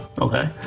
Okay